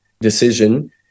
decision